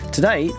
Today